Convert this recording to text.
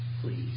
please